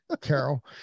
Carol